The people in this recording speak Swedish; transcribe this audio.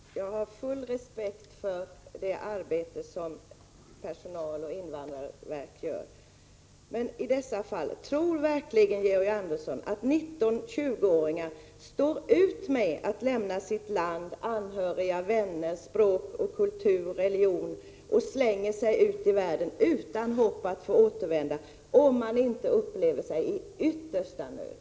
Herr talman! Jag har full respekt för det arbete som personal och invandrarverk gör. Men tror Georg Andersson verkligen att 19-20-åringar står ut med att lämna sitt land, anhöriga, vänner, språk, kultur och religion, utan hopp om att få återvända, om de inte upplever sig vara i yttersta nöd?